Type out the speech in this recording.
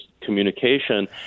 communication